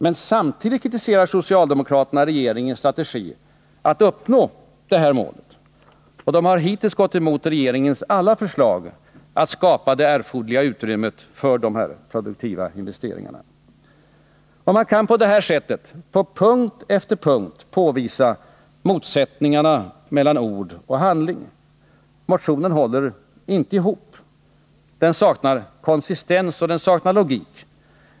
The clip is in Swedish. Men samtidigt kritiserar socialdemokraterna regeringens strategi att uppnå detta mål och har hittills gått emot regeringens alla förslag att skapa det erforderliga utrymmet för de produktiva investeringarna. På punkt efter punkt kan man på det här sättet påvisa motsättningarna mellan ord och handling. Motionen håller inte ihop. Den saknar konsistens, och den saknar logik.